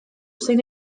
zein